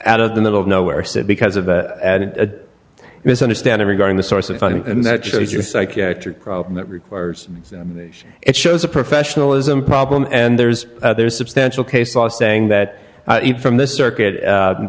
out of the middle of nowhere said because of a misunderstanding regarding the source of funding and that shows you a psychiatric problem that requires it shows a professionalism problem and there's there is substantial case law saying that from this circuit